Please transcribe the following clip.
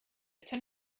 tend